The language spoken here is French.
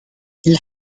ils